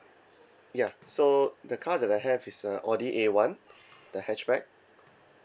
ya so the car that I have is a audi A one the hatchback